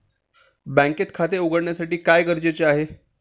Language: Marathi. बँकेत खाते उघडण्यासाठी काय गरजेचे आहे?